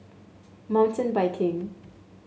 Mountain Biking